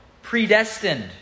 Predestined